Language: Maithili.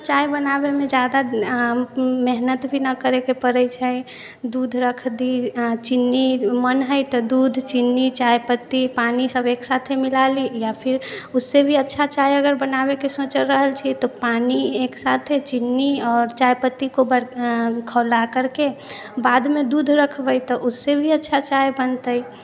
आओर चाय बनाबैमे जादा मेहनत भी नहि करैके पड़ै छै दूध रख दि चिन्नी मन है तऽ दूध चिन्नी चाय पत्ती पानि सभ एक साथे मिला ली या फिर उससँ भी अच्छा चाय बनाबैके अगर सोचि रहल छी तऽ पानि एक साथे चिन्नी आओर चाय पत्तीको बड़का खौला करके बादमे दूध रखबै तऽ उससँ भी अच्छा चाय बनतै